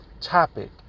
topic